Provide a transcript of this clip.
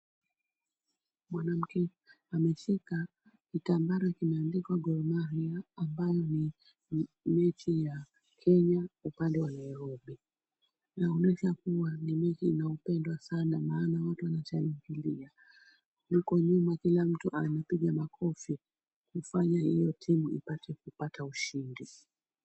Mwanamke ameshika kitambara kimeandikwa Gor mahia ambayo ni mechi ya kenya upande wa nairobi inaweza kuwa ni mechi unaupendo sana kwa sababu watu wanashangilia, huko nyuma pia wanapiga makofi kufanya yote iliwapate ushindi.